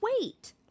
wait